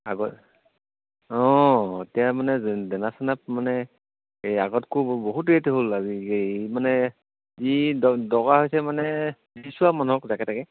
আগত অঁ এতিয়া মানে দেনা চেনাত মানে এই আগতকৈয়ো বহুত ৰেট হ'ল আজি এই মানে যি দৰকাৰ হৈছে মানে দিছোঁ আৰু মানুহক যাকে তাকে